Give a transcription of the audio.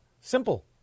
Simple